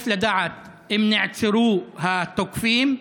לדעת: האם נעצרו התוקפים?